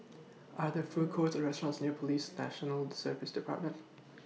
Are There Food Courts Or restaurants near Police National Service department